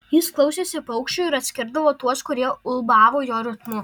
jis klausėsi paukščių ir atskirdavo tuos kurie ulbavo jo ritmu